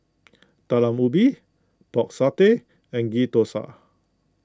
Talam Ubi Pork Satay and Ghee Thosai